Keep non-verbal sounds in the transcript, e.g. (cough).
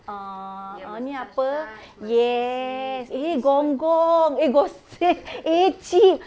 err uh ini apa yes eh gong~ gong~ eh gossip (laughs) eh cheap